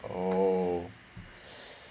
oh